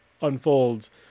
unfolds